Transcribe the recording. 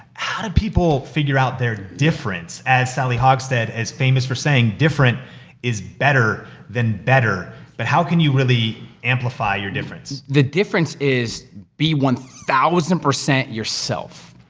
how do people figure out their difference? as sally hogshead is famous for saying, different is better than better. but how can you really amplify your difference? the difference is be one thousand percent yourself.